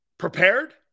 Prepared